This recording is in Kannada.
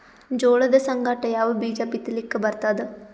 ಜೋಳದ ಸಂಗಾಟ ಯಾವ ಬೀಜಾ ಬಿತಲಿಕ್ಕ ಬರ್ತಾದ?